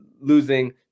losing